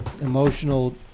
emotional